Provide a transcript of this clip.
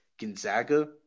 Gonzaga